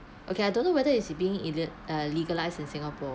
okay I don't know whether is it being il~ uh legalised in singapore